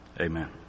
Amen